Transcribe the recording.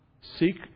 seek